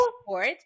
support